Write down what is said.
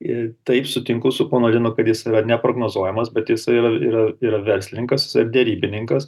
į taip sutinku su ponu linu kad jis yra neprognozuojamas bet jisai yra yra yra verslininkas ir derybininkas